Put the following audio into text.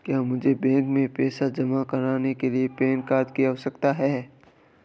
क्या मुझे बैंक में पैसा जमा करने के लिए पैन कार्ड की आवश्यकता है?